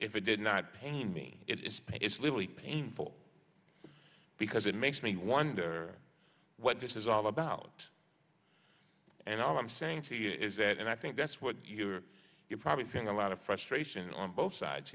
if it did not paint me it's literally painful because it makes me wonder what this is all about and i'm saying to you is that and i think that's what you're you're probably seeing a lot of frustration on both sides